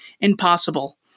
impossible